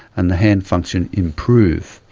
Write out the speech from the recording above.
and the hand function improves.